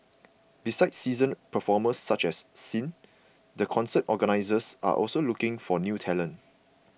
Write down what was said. besides seasoned performers such as Sin the concert organisers are also looking for new talent